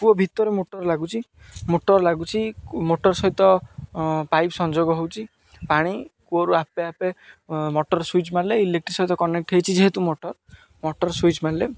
କୂଅ ଭିତରେ ମୋଟର ଲାଗୁଛି ମୋଟର ଲାଗୁଛି ମୋଟର ସହିତ ପାଇପ୍ ସଂଯୋଗ ହେଉଛି ପାଣି କୂଅରୁ ଆପେ ଆପେ ମୋଟର ସୁଇଚ୍ ମାରିଲେ ଇଲେକ୍ଟ୍ରି ସହିତ କନେକ୍ଟ ହେଇଛି ଯେହେତୁ ମୋଟର ମୋଟର ସୁଇଚ ମାରିଲେ